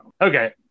okay